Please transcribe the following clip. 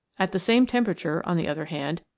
at the same temperature, on the other hand,